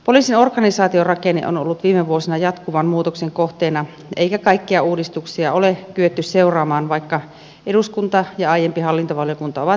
poliisin organisaatiorakenne on ollut viime vuosina jatkuvan muutoksen kohteena eikä kaikkia uudistuksia ole kyetty seuraamaan vaikka eduskunta ja aiempi hallintovaliokunta ovat näin edellyttäneet